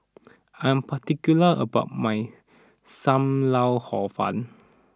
I am particular about my Sam Lau Hor Fun